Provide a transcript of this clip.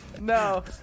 No